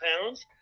pounds